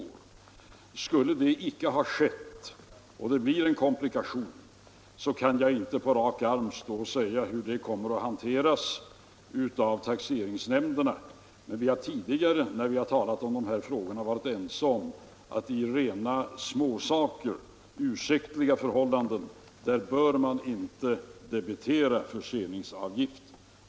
För de fall detta inte har skett och det blir en komplikation kan jag inte på rak arm säga hur detta kommer att behandlas av taxeringsmyndigheterna, men vi har tidigare när vi har talat om dessa frågor varit ense om att man i rena småsaker och när ursäktliga förhållanden råder inte bör debitera förseningsavgift.